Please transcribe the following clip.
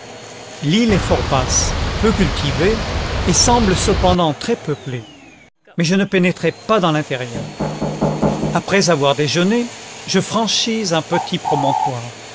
l'île est fort basse peu cultivée et semble cependant très peuplée mais je ne pénétrai pas dans l'intérieur après avoir déjeuné je franchis un petit promontoire